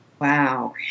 Wow